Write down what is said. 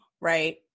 right